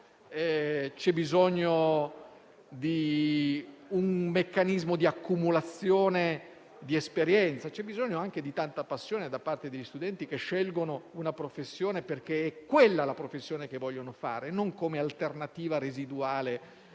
c'è bisogno di un meccanismo di accumulazione di esperienza, ma anche di tanta passione da parte degli studenti che scelgono una professione perché è quella che vogliono fare e non come alternativa residuale